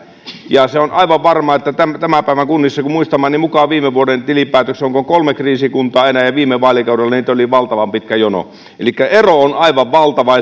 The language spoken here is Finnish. ja se on aivan varmaa että tämän tämän päivän kunnissa kun muistamani mukaan viime vuoden tilinpäätöksessä on kolme kriisikuntaa enää ja viime vaalikaudella niitä oli valtavan pitkä jono elikkä ero on aivan valtava